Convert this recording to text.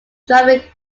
driving